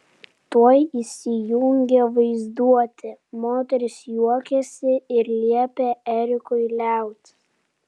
tuoj įsijungė vaizduotė moteris juokėsi ir liepė erikui liautis